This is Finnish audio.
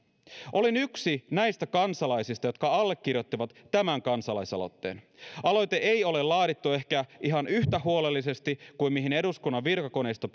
olin yksi näistä kansalaisista jotka allekirjoittivat tämän kansalaisaloitteen aloite ei ole laadittu ehkä ihan yhtä huolellisesti kuin mihin eduskunnan virkakoneisto